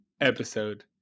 episode